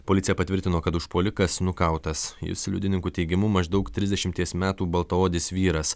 policija patvirtino kad užpuolikas nukautas jis liudininkų teigimu maždaug trisdešimties metų baltaodis vyras